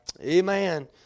Amen